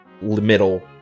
middle